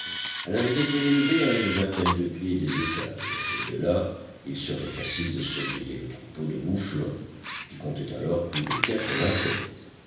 elle avait été élevée à une vingtaine de pieds des étables et de là il serait facile de surveiller le troupeau de mouflons qui comptait alors plus de quatre-vingts têtes